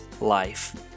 life